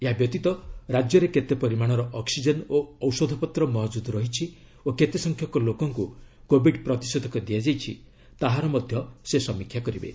ଏହାବ୍ୟତୀତ ରାଜ୍ୟରେ କେତେ ପରିମାଣର ଅକ୍ଟିଜେନ୍ ଓ ଔଷଧପତ୍ର ମହକୁଦ ରହିଛି ଓ କେତେ ସଂଖ୍ୟକ ଲୋକଙ୍କୁ କୋବିଡ୍ ପ୍ରତିଷେଧକ ଦିଆଯାଇଛି ତାହାର ମଧ୍ୟ ସେ ସମୀକ୍ଷା କରିବେ